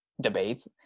debates